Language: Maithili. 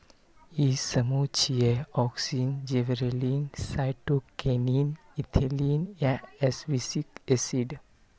ई समूह छियै, ऑक्सिन, जिबरेलिन, साइटोकिनिन, एथिलीन आ एब्सिसिक एसिड